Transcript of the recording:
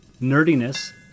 nerdiness